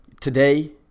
Today